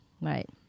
right